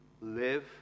Live